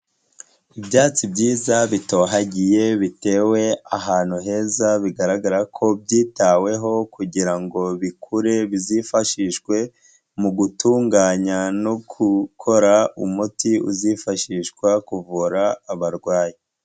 Ibyatsi byiza bitohagiye bitewe ahantu heza, bigaragara ko byitaweho kugira ngo bikure, bizifashishwe mu gutunganya no kukora umuti uzifashishwa kuvura abarwayi.